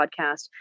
podcast